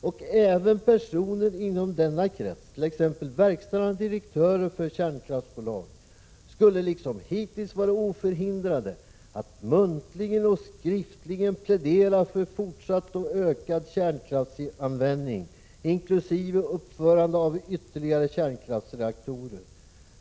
”Och även personer inom denna krets, t.ex. verkställande direktörer för kärnkraftsbolag, skulle liksom hittills vara oförhindrade att muntligen och skriftligen plädera för fortsatt och ökad kärnkraftsanvändning, inkl. uppförande av ytterligare kärnkraftsreaktorer.